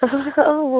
हो